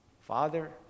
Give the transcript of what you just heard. Father